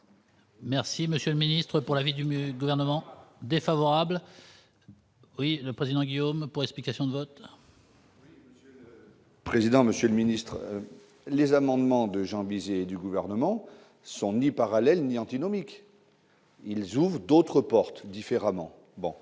Merci monsieur le ministre pour la vie du mur gouvernement défavorable. Oui, le président Guillaume pour explication de vote. Le président, monsieur le ministre, les amendements de Jean Bizet du gouvernement sont ni parallèles ni antinomique. Ils ouvrent d'autres portes différemment,